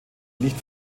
nicht